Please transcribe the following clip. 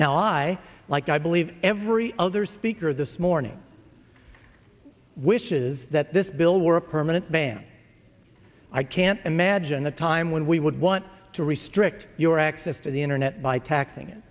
now i like i believe every other speaker this morning wishes that this bill were a permanent ban i can't imagine the time when we would want to restrict your access to the internet by taxing it